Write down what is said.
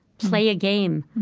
play a game,